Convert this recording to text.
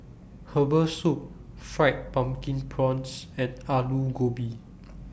Herbal Soup Fried Pumpkin Prawns and Aloo Gobi